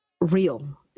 real